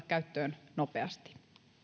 käyttöön nopeasti